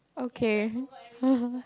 okay